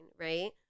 right